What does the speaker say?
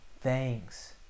thanks